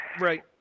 Right